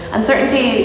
Uncertainty